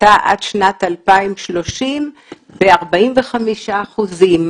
הפחתה עד שנת 2030 ב-45 אחוזים,